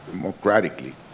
democratically